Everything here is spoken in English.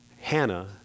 Hannah